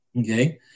Okay